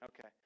Okay